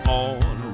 on